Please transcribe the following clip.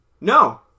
No